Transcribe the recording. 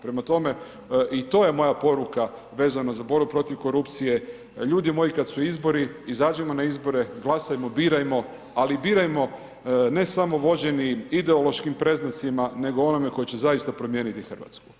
Prema tome, i to je moja poruka vezano za borbu protiv korupcije, ljudi moji kada su izbori, izađimo na izbore, glasajmo, birajmo, ali birajmo ne samo vođeni ideološkim predznacima nego onome tko će zaista promijeniti Hrvatsku.